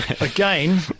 Again